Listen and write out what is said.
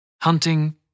Hunting